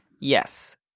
Yes